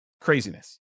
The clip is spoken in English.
craziness